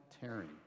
tearing